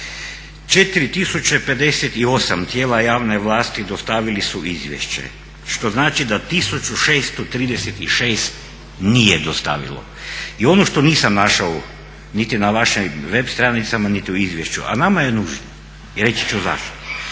4058 tijela javne vlasti dostavili su izvješće, što znači da 1636 nije dostavilo. I ono što nisam našao niti na vašim web stranicama niti u izvješću, a nama je nužno, reći ću zašto,